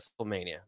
wrestlemania